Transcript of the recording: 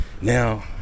Now